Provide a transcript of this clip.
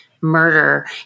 murder